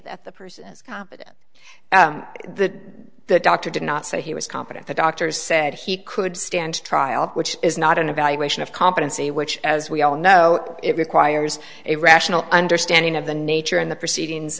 that the person is the the doctor did not say he was competent the doctors said he could stand trial which is not an evaluation of competency which as we all know it requires a rational understanding of the nature and the proceedings